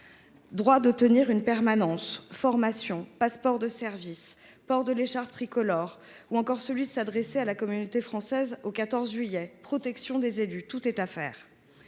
Droit de tenir une permanence, formation, passeport de service, port de l’écharpe tricolore, droit de s’adresser à la communauté française le 14 juillet, protection des élus : tout reste à faire.